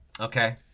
Okay